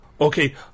Okay